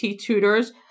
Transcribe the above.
tutors